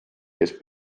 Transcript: kes